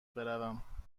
بروم